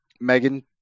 Megan